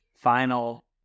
final